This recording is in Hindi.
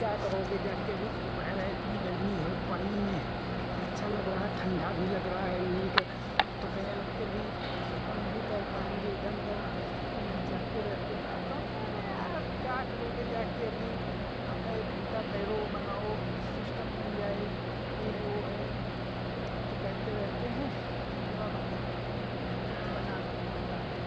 क्या करोगे जाके अभी तो दोपहर है इतनी गर्मी है पानी में अच्छा लग रहा ठंडा भी लग रहा है नीक तो कहने लगते हैं भाई अब नहीं तैर पाएंगे इधर उधर हम जाते रहते हैं तो हम कह दे आप क्या करोगे जाके अभी आधा एक घंटा तैरो बनाओ सिस्टम बन जाए ये है वो है तो कहते रहते हैं तो थोड़ा बाड़ा सिस्टम बना करता है